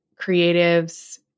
creatives